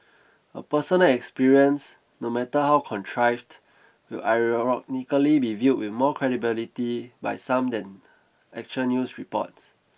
a personal experience no matter how contrived will ironically be viewed with more credibility by some than actual news reports